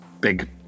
big